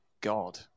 God